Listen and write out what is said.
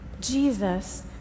Jesus